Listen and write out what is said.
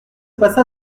passa